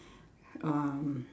um